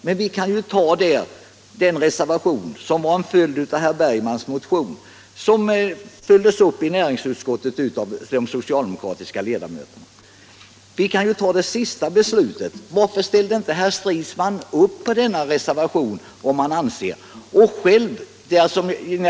Men varför ställde herr Stridsman då inte upp på den reservation som de socialdemokratiska ledamöterna i utskottet hade fogat vid betänkandet till förmån för herr Bergmans motion?